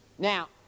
now